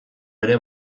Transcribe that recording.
ere